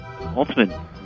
ultimate